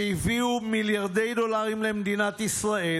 שהביאו מיליארדי דולרים למדינת ישראל"